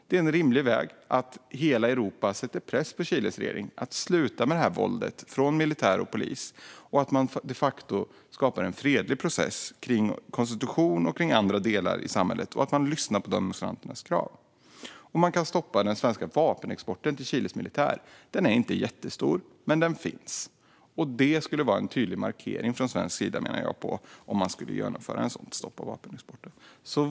Det är rimligt att hela Europa sätter press på Chiles regering att sluta med våldet från militär och polis, att de facto skapa en fredlig process kring konstitution och andra delar i samhället och att lyssna på demonstranternas krav. Man kan också stoppa den svenska vapenexporten till Chiles militär. Den är inte jättestor, men den finns. Jag menar att det skulle vara en tydlig markering från svensk sida om man genomförde ett stopp av vapenexporten.